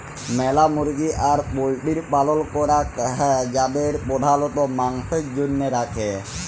ম্যালা মুরগি আর পল্ট্রির পালল ক্যরাক হ্যয় যাদের প্রধালত মাংসের জনহে রাখে